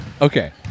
Okay